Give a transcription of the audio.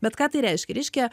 bet ką tai reiškia reiškia